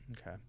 okay